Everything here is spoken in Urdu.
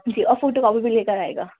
جی اور فوٹو کاپی بھی لے کر آئیے گا